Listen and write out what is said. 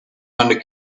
eine